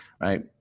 Right